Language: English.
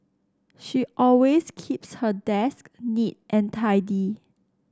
she always keeps her desk neat and tidy